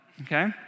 okay